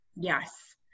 Yes